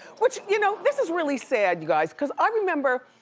which, you know, this is really sad, you guys. cause i remember,